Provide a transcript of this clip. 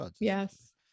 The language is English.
Yes